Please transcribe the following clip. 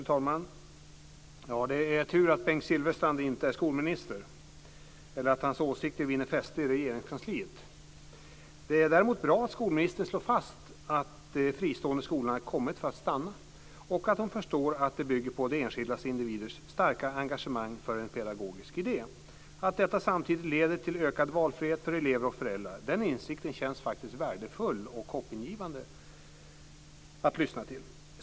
Fru talman! Det är tur att Bengt Silfverstrand inte är skolminister eller att hans åsikter inte vinner fäste i Regeringskansliet. Det är däremot bra att skolministern slår fast att de fristående skolorna har kommit för att stanna, att hon förstår att de bygger på de enskilda individernas starka engagemang för en pedagogisk idé och att detta samtidigt leder till ökad valfrihet för elever och föräldrar. Den insikten känns faktiskt värdefull och hoppingivande att lyssna till.